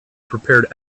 prepared